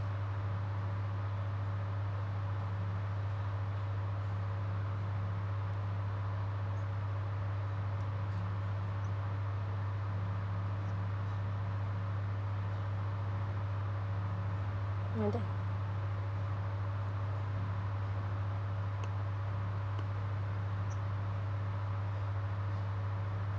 mm there